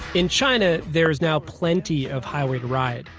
in china, there's now plenty of highway to ride.